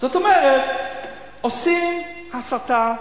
זאת אומרת, עושים הסתה.